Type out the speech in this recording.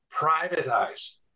privatize